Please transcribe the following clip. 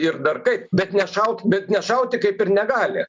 ir dar kaip bet nešaut nešauti kaip ir negali